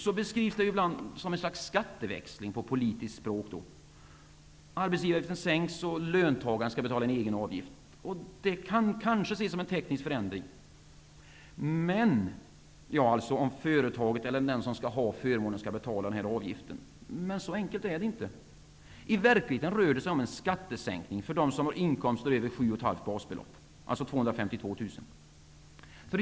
Här görs ibland jämförelser med ett slags skatteväxling, för att använda politiskt språk. Arbetsgivaravgiften sänks, och löntagarna får betala en egenavgift. Det kan kanske ses som en teknisk förändring, om företaget eller den som skall ha förmånen skall erlägga den här avgiften. Men så enkelt är det inte. I verkligheten rör det sig om en skattesänkning för dem som har inkomster på över 7,5 basbelopp, alltså 252 000 kr.